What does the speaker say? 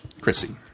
Chrissy